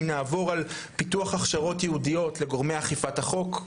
אם נעבור על פיתוח הכשרות ייעודיות לגורמי אכיפת החוק,